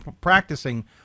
practicing